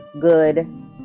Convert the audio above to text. good